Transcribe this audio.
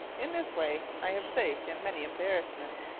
in this way i have saved him many embarrassments.